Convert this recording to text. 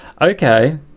okay